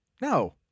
No